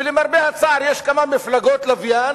ולמרבה הצער, יש כמה מפלגות לוויין